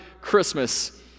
Christmas